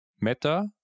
meta